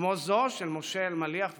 כמו זה של משה אלמליח וחבריו,